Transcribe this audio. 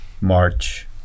March